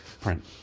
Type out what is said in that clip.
print